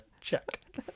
check